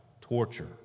torture